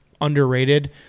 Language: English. underrated